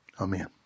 Amen